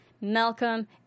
Malcolm